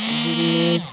ᱡᱤᱱᱤᱥ